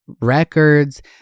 records